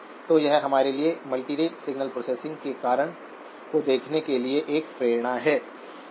तो यह हमारे लिए मल्टीरेट सिग्नल प्रोसेसिंग के कारण को देखने के लिए एक प्रेरणा है ठीक है